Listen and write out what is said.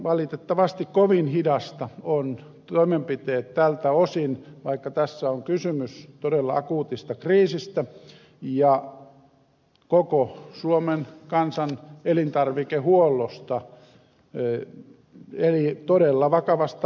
valitettavasti kovin hitaita ovat toimenpiteet tältä osin vaikka tässä on kysymys todella akuutista kriisistä ja koko suomen kansan elintarvikehuollosta eli todella vakavasta asiakokonaisuudesta